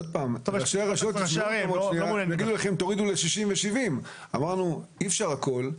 ראשי הערים יגידו לכם שנוריד ל-70 ו-60 אבל אמרנו שאי אפשר הכול.